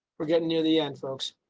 we're getting near the end folks,